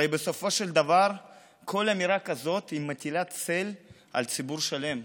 הרי בסופו של דבר כל אמירה כזאת מטילה צל על ציבור שלם,